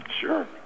sure